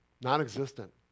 non-existent